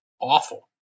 awful